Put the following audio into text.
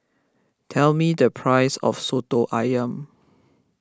tell me the price of Soto Ayam